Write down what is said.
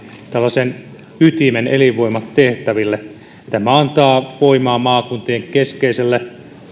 suorastaan tällaisen ytimen elinvoimatehtäville tämä antaa voimaa maakuntien keskeiselle